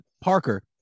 Parker